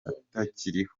atakiriho